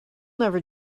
never